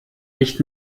nicht